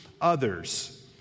others